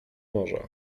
morza